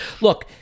Look